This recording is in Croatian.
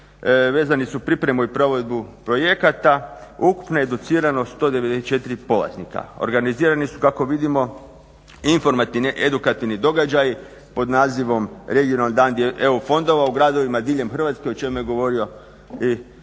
vezani su pripremu i provedbu projekata, ukupno educirano 194 polaznika. Organizirani su kako vidimo informativno edukativni događaji pod nazivom Regionalni dani EU fondova u gradovima diljem Hrvatske o čemu je govorio i